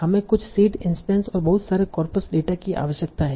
हमें कुछ seed instances और बहुत सारे कॉर्पस डेटा की आवश्यकता है